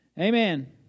Amen